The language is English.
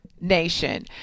Nation